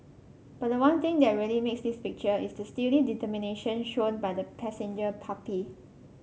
but the one thing that really makes this picture is the steely determination shown by the passenger puppy